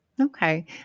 Okay